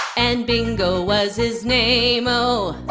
and bingo was his name-o